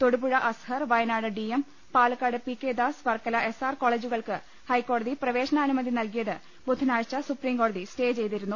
Thodupuzha Azhar Wayanad D M Palakkad P K Das Varkala S R കോളേജുകൾക്ക് ഹൈക്കോടതി പ്രവേശനാനുമതി നൽകിയത് ബുധനാഴ്ച സുപ്രീം കോടതി സ്റ്റേ ചെയ്തിരുന്നു